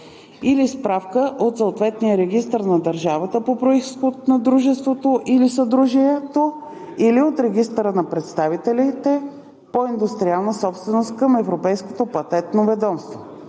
или справка от съответния регистър на държавата по произход на дружеството или съдружието или от Регистъра на представителите по индустриална собственост към Европейското патентно ведомство;